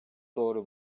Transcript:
doğru